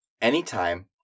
Anytime